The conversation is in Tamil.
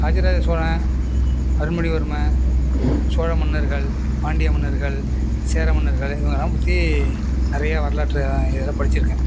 ராஜராஜ சோழன் அருண் மொழிவர்மன் சோழ மன்னர்கள் பாண்டிய மன்னர்கள் சேர மன்னர்கள் இவங்கலாம் பற்றி நிறையா வரலாற்று இதலாம் படித்திருக்கேன்